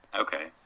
Okay